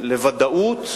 לוודאות,